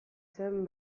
zen